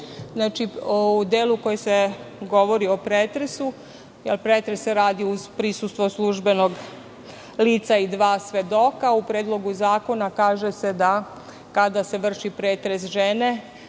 U delu u kojem se govori o pretresu, jer pretres se radi uz prisustvo službenog lica i dva svedoka, u Predlogu zakona se kaže da, kada se vrši pretres žene,